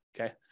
Okay